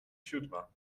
siódma